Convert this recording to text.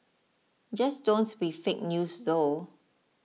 just don't be fake news though